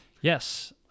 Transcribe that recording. yes